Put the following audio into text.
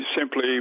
simply